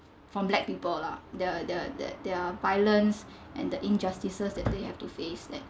from black people lah the the the violence and the injustices that they have to face